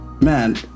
man